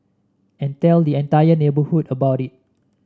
and tell the entire neighbourhood about it